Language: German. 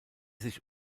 sich